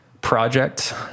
project